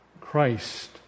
Christ